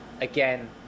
Again